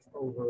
over